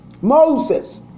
Moses